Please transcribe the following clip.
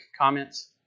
comments